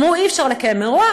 אמרו: אי-אפשר לקיים אירוע,